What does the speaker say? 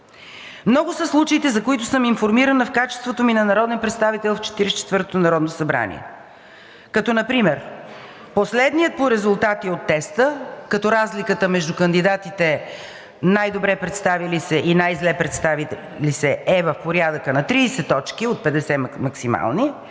Много са случаите, за които съм информирана в качеството ми на народен представител в Четиридесет и четвъртото народно събрание, като например: последният по резултати от теста, като разликата между кандидатите най-добре представили се и най-зле представили се е в порядъка на 30 точки от 50 максимално,